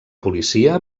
policia